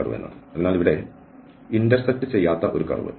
അതിനാൽ ഇവിടെ ഇന്റർസെക്റ്റ് ചെയ്യാത്ത ഒരു കർവ്